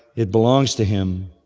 it belongs to him.